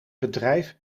bedrijf